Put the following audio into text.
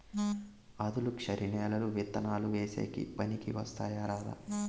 ఆధులుక్షరి నేలలు విత్తనాలు వేసేకి పనికి వస్తాయా రాదా?